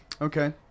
Okay